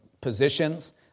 positions